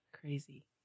Crazy